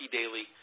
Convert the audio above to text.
Daily